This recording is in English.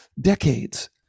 decades